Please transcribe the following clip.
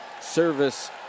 service